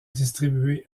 distribué